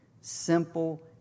simple